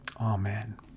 Amen